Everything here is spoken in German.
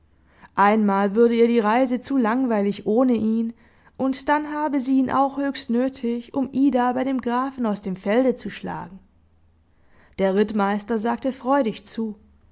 einmal würde ihr die reise zu langweilig ohne ihn und dann habe sie ihn auch höchst nötig um ida bei dem grafen aus dem felde zu schlagen der rittmeister sagte freudig zu